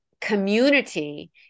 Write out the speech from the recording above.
community